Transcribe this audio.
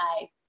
life